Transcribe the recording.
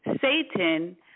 Satan